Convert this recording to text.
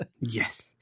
Yes